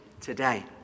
today